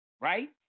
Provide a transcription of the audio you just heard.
Right